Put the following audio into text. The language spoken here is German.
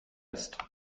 ist